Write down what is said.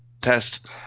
test